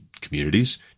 communities